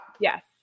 yes